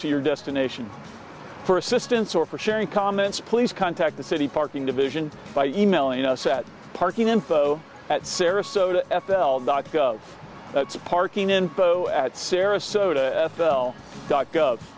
to your destination for assistance or for sharing comments please contact the city parking division by emailing us at parking info at sarasota f l dot gov that's a parking in po at sarasota f l dot gov